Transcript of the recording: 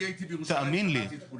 אני הייתי בירושלים, הכרתי את כולם.